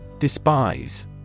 Despise